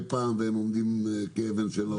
פעם לפרסם והם עומדים כאבן שאין לה הופכין.